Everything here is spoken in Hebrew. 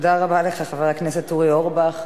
תודה רבה לך, חבר הכנסת אורי אורבך.